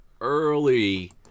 early